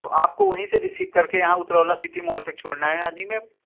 تو آپ کو وہیں سے ریسیو کر کے یہاں اترولہ سٹی مال تک چھوڑنا ہے ہاں جی میم